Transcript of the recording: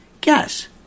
Guess